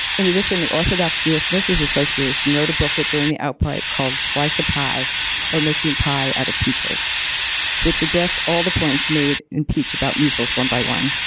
in addition, the orthodox jewish nurses association wrote a book during the outbreak called slice of pie or making pie out of peaches which addressed all the points made in peach about measles one by one.